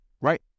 Right